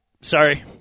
Sorry